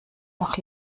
noch